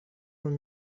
from